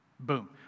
Boom